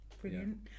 Brilliant